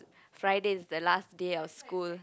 Friday is the last day of school